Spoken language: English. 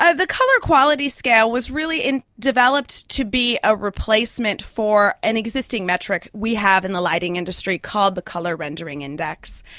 ah the colour quality scale was really developed to be a replacement for an existing metric we have in the lighting industry called the colour rendering index.